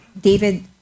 David